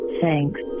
thanks